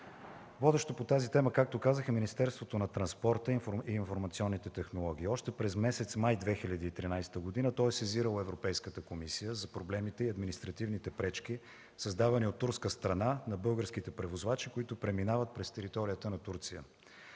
Водещо по тази тема, както казах, е Министерството на транспорта и информационните технологии. Още през месец май 2013 г. то е сезирало Европейската комисия за проблемите и административните пречки, създавани от турска страна на българските превозвачи, които преминават през територията на Турция.